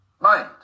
mind